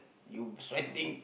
you sweating